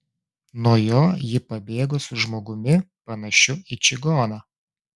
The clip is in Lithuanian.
nuo jo ji pabėgo su žmogumi panašiu į čigoną